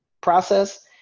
process